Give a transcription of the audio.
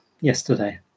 yesterday